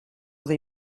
they